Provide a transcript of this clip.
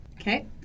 Okay